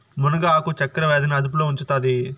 మునగ ఆకు చక్కర వ్యాధి ని అదుపులో ఉంచుతాది